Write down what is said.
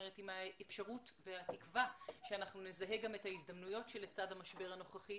עם האפשרות והתקווה שנזהה גם את ההזדמנויות שלצד המשבר הנוכחי